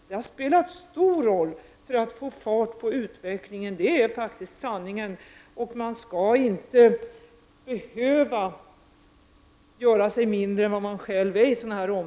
Detta har spelat stor roll för att få fart på utvecklingen. Det är faktiskt sanningen. Man skall inte behöva göra sig mindre än man själv är på sådana här områden.